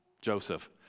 Joseph